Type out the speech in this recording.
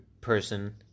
person